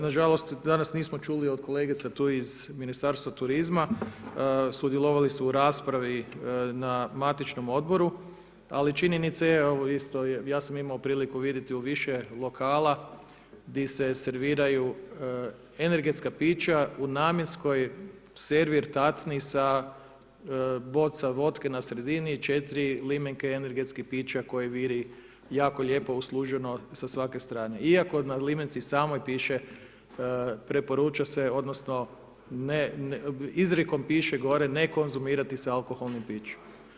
Nažalost, danas nismo čuli od kolegica tu iz Ministarstva turizma, sudjelovali su u raspravi na matičnom odboru, ali činjenica je ja sam imao priliku vidjeti u više lokala gdje se serviraju energetska pića u namjenskoj servir tacni sa bocom votke na sredini, četiri limenke energetskog pića koje viri jako lijepo usluženo sa svake strane, iako na limenci samoj piše, preporuča se odnosno izrijekom piše gore ne konzumirati sa alkoholnim pićem.